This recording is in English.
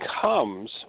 comes